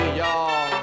y'all